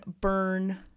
burn